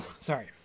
Sorry